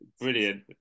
Brilliant